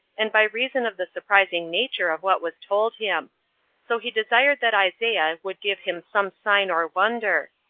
and by reason of the surprising nature of what was told him so he desired that isaiah would give him some sign or wonder,